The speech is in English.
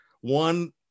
One